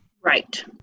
Right